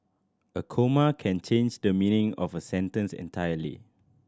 a comma can change the meaning of a sentence entirely